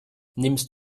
nimmst